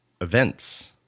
events